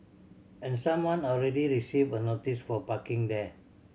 and someone already received a notice for parking there